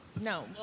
No